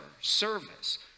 service